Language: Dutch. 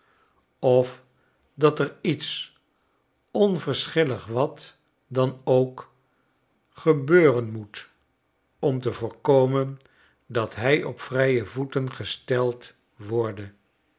of dat er iets onverschillig wat dan ook gebeuren moet om te voorkomen dat hij op vrije voeten gesteld worde